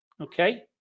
okay